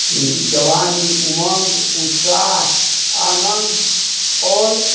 जवानी उमंग उत्साह आनन्द आओर